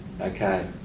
Okay